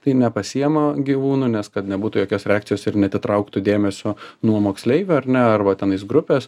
tai nepasiema gyvūnų nes kad nebūtų jokios reakcijos ir neatitrauktų dėmesio nuo moksleivių ar ne arba tenais grupės